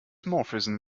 morphism